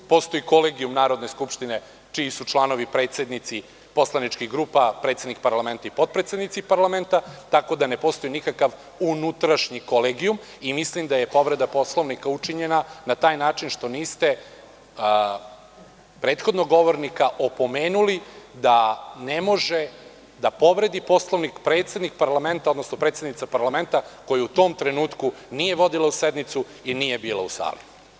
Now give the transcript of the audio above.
Postoji Kolegijum Narodne skupštine čiji su članovi predsednici poslaničkih grupa, predsednik parlamenta i potredsednici parlamenta, tako da ne postoji nikakav unutrašnji kolegijum i mislim da je povreda Poslovnika učinjena na taj način što niste prethodnog govornika opomenuli da ne može da povredi Poslovnik predsednik parlamenta, odnosno predsednica parlamenta koja u tom trenutku nije vodila sednicu i nije bila u sali.